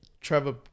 Trevor